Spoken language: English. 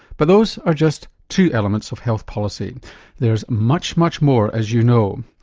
but those are just two elements of health policy there's much, much more as you know.